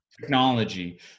technology